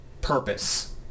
purpose